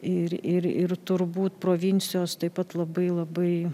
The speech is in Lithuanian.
ir ir ir turbūt provincijos taip pat labai labai